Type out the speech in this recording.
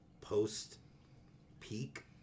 post-peak